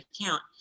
account